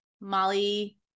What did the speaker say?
Molly